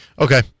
okay